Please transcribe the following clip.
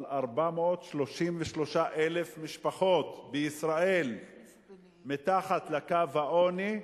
על 433,000 משפחות בישראל מתחת לקו העוני,